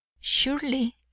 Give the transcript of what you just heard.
surely